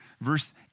Verse